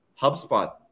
HubSpot